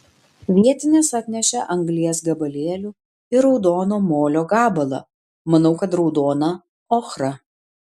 vietinės atnešė anglies gabalėlių ir raudono molio gabalą manau kad raudoną ochrą